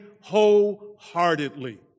wholeheartedly